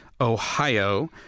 Ohio